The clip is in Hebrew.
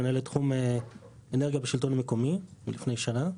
מינהלת תחום אנרגיה בשלטון המקומית מלפני שנה,